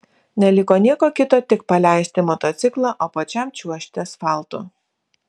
neliko nieko kito tik paleisti motociklą o pačiam čiuožti asfaltu